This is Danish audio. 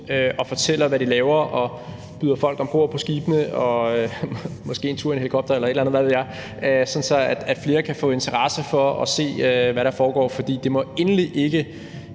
og fortalte, hvad de lavede, og bød folk om bord på skibene og måske en tur i helikopter eller et eller andet, hvad ved jeg, sådan at flere kunne få interesse for at se, hvad der foregår. For det må endelig ikke